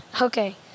okay